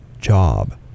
job